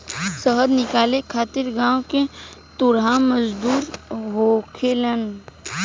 शहद निकाले खातिर गांव में तुरहा मजदूर होखेलेन